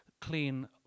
clean